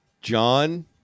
John